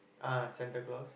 ah Santa-Claus